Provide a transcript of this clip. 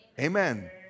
amen